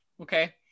Okay